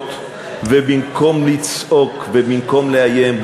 במקום לראות ובמקום לצעוק ובמקום לאיים,